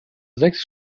sechs